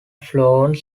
flown